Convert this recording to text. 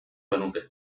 genuke